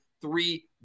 three